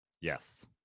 Yes